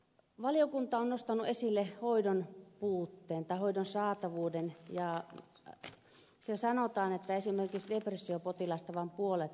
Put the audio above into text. valiokunta on nostanut esille hoidon saatavuuden ja se sanotaan että esimerkiksi depressiopotilaista vain puolet saa hoitoa